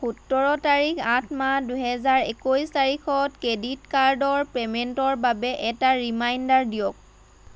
সোতৰ তাৰিখ আঠ মাহ দুহেজাৰ একৈছ তাৰিখত ক্ৰেডিট কাৰ্ডৰ পে'মেণ্টৰ বাবে এটা ৰিমাইণ্ডাৰ দিয়ক